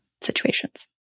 situations